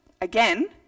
Again